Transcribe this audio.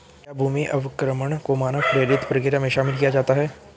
क्या भूमि अवक्रमण को मानव प्रेरित प्रक्रिया में शामिल किया जाता है?